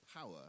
power